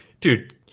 dude